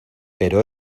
pero